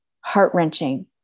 heart-wrenching